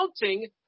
counting